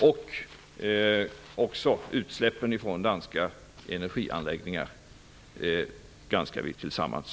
Också utsläppen från danska energianläggningar granskar vi tillsammans.